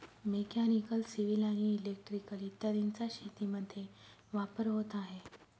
mechanical, civil आणि electrical इत्यादींचा शेतीमध्ये वापर होत आहे